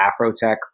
Afrotech